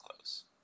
close